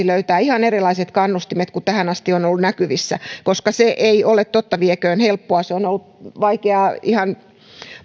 löytää ihan erilaiset kannustimet kuin tähän asti on ollut näkyvissä koska se ei ole totta vieköön helppoa se on ollut vaikeaa vaikkapa ihan